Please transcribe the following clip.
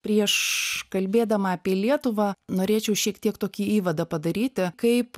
prieš kalbėdama apie lietuvą norėčiau šiek tiek tokį įvadą padaryti kaip